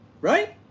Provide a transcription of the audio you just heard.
right